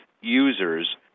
users